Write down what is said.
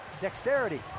dexterity